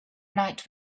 night